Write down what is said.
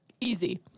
Easy